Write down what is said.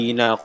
na